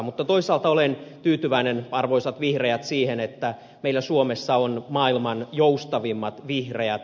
mutta toisaalta olen tyytyväinen arvoisat vihreät siihen että meillä suomessa on maailman joustavimmat vihreät